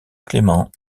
clement